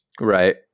right